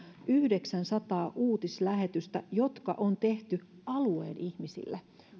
yhdeksänsataa uutislähetystä jotka on tehty alueen ihmisille